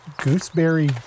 Gooseberry